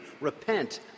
Repent